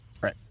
Right